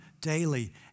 daily